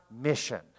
mission